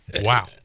Wow